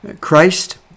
Christ